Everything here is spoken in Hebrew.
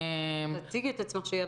את אומרת שזה